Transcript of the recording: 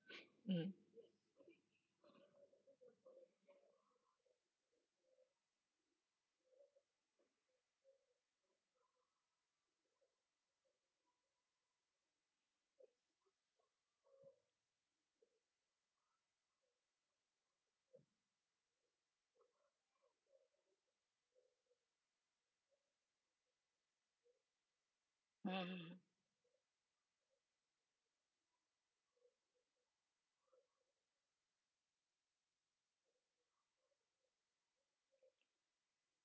mm